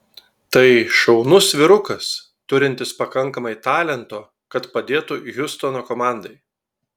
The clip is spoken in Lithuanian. tai šaunus vyrukas turintis pakankamai talento kad padėtų hjustono komandai